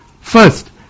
First